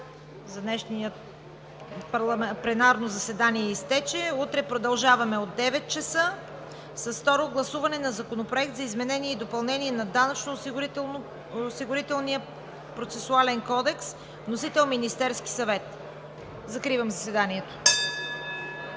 на днешното пленарно заседание изтече. Утре продължаваме от 9,00 ч. с второ гласуване на Законопроекта за изменение и допълнение на Данъчно осигурителния процесуален кодекс с вносител Министерският съвет. Закривам заседанието.